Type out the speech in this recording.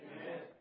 Amen